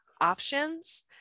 options